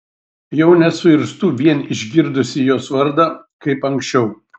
jau nesuirztu vien išgirdusi jos vardą kaip anksčiau